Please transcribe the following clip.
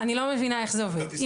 אני לא מבינה איך זה עובד.